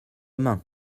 main